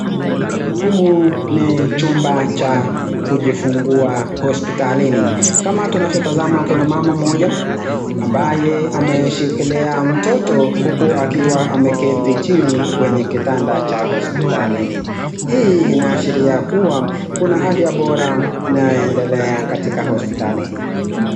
Humu ni chumba cha kujifungua hospitalini. Kama tunavyotazama kuna mama mmoja ambaye ameshikilia mtoto uku akiwa ameketi chini kwenye kitanda cha hospitalini. Hii inaashiria kuwa kuna afya bora inayoendelea katika hospitali hii.